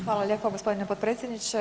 Hvala lijepo gospodine potpredsjedniče.